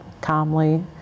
calmly